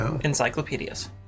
encyclopedias